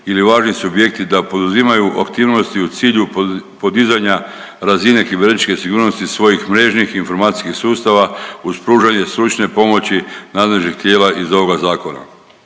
ili važni subjekti da poduzimaju aktivnosti u cilju podizanja razine kibernetičke sigurnosti svojih mrežnih informacijskih sustava uz pružanje stručne pomoći nadležnih tijela iz ovoga zakona.